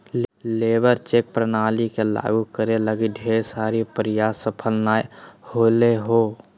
labour check प्रणाली के लागु करे लगी ढेर सारा प्रयास सफल नय होले हें